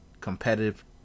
competitive